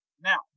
Now